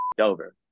over